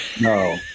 No